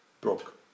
broke